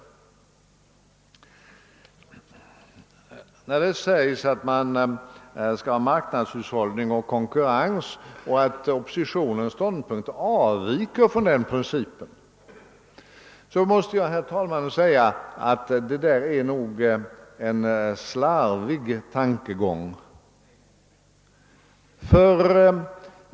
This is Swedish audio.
Med anledning av att det sägs att man skall ha marknadshushållning och konkurrens och att oppositionens ståndpunkt avviker från den pricipen, måste jag, herr talman, säga att det där är nog en illa genomtänkt tankegång.